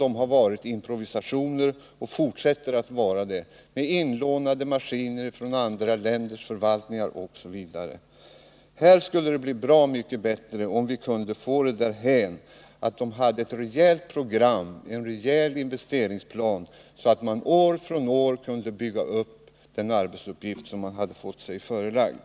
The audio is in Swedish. Det har bara varit improvisationer och det fortsätter att så vara med inlånade maskiner från andra länders förvaltningar osv. Det skulle bli bra mycket bättre om utvecklingen gick dithän att det fanns ett rejält program och en rejäl investeringsplan så att man år efter år kunde fullfölja den arbetsuppgift som man fått sig förelagd.